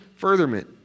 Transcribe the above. furtherment